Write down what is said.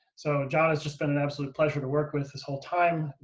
so john has just been an absolute pleasure to work with this whole time.